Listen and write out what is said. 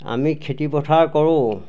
আমি খেতিপথাৰ কৰোঁ